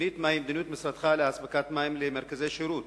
2. מהי מדיניות משרדך לאספקת מים למרכזי שירות